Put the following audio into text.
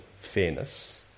fairness